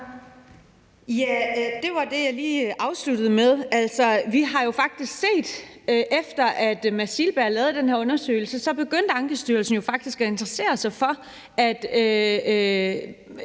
Det var det, jeg lige afsluttede med at sige. Vi har jo set, at efter at Mads Silberg lavede den her undersøgelse, begyndte Ankestyrelsen faktisk at interessere sig for, at